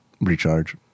Recharge